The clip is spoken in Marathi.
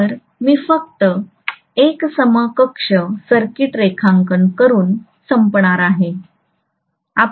तर मी फक्त एक समकक्ष सर्किट रेखांकन करून संपवणार आहे